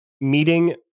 meeting